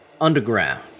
underground